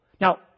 Now